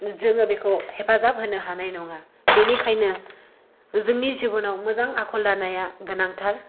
जोङो बेखौ हेफाजाब होनो हानाय नङा बेनिखायनो जोंनि जिबनाव मोजां आखल दानाया गोनांथार